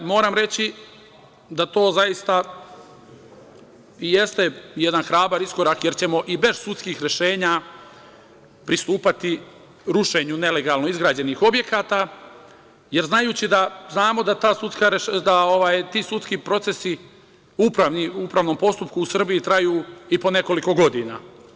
Moram reći da to, zaista, jeste jedan hrabar iskorak, jer ćemo i bez sudskih rešenja pristupati rušenju nelegalno izgrađenih objekata, jer znamo da ti sudski procesi u upravnom postupku u Srbiji traju i po nekoliko godina.